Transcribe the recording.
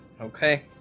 Okay